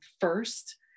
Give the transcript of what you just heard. first